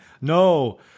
No